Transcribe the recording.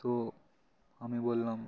তো আমি বললাম